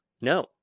No